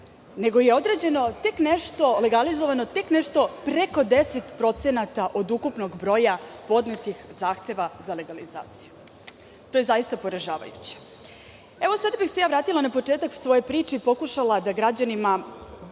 nego je legalizovano tek nešto preko 10% od ukupnog broja podnetih zahteva za legalizaciju. To je zaista poražavajuće. Sada bih se vratila na početak svoje priče i pokušala da građanima